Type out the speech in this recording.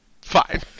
Fine